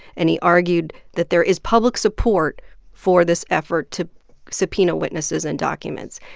and he argued that there is public support for this effort to subpoena witnesses and documents.